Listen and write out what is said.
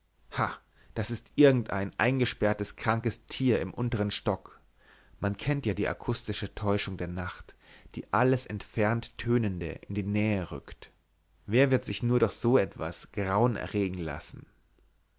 das ist irgendein eingesperrtes krankes tier im untern stock man kennt ja die akustische täuschung der nacht die alles entfernt tönende in die nähe rückt wer wird sich nur durch so etwas grauen erregen lassen